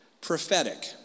Prophetic